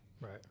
Right